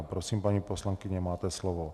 Prosím, paní poslankyně, máte slovo.